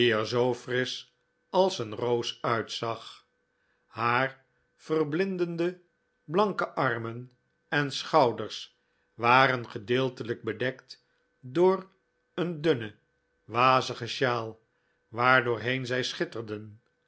frisch als een roos uitzag haar verblindende blanke armen en schouders waren gedeeltelijk bedekt door een dunnc wazige sjaal waar doorheen zij schitterden